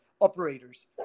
operators